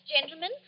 gentlemen